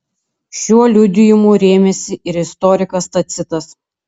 šiuo liudijimu rėmėsi ir istorikas tacitas